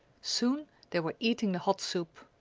soon they were eating the hot soup.